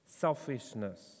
Selfishness